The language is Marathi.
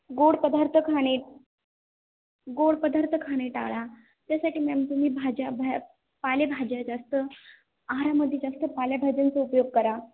गोड पदार्थ खाणे गोड पदार्थ खाणे टाळा त्यासाठी मॅम तुम्ही भाज्या भा पालेभाज्या जास्त आहारामध्ये जास्त पालेभाज्यांचा उपयोग करा